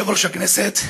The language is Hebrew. אדוני יושב-ראש הכנסת,